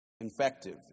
infective